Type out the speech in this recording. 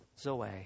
zoe